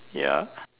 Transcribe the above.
ya